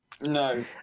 No